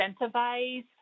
incentivize